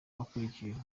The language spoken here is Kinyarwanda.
ukurikije